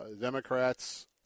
Democrats